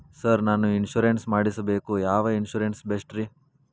Sir ನಾನು insurance ಮಾಡಿಸಬೇಕು ಯಾವ ಇನ್ಶೂರೆನ್ಸ್ ಬೆಸ್ಟ್ರಿ?